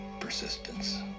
persistence